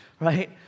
right